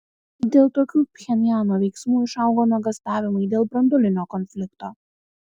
dėl tokių pchenjano veiksmų išaugo nuogąstavimai dėl branduolinio konflikto